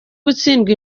gutsinda